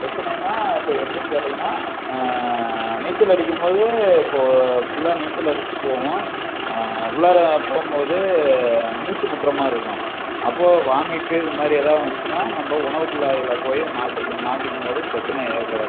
பிரச்சனைனால் இப்போ எப்படின்னு கேட்டிங்கனால் நீச்சல் அடிக்கும்போது இப்போது ஃபுல்லா நீச்சல் அடிச்சிகிட்டு போவோம் உள்ளார போகும்மோது மூச்சு முட்டுற மாதிரி இருக்கும் அப்போது வாமிட்டு இது மாதிரி எதாது வந்துச்சுனா நம்ம உணவு குழாயில் போய் மாட்டிக்கும் மாட்டிக்குபோது பிரச்சனை ஏற்பட